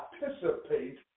participate